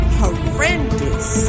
horrendous